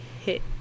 hit